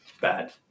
Bad